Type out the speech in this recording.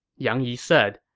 yang yi said,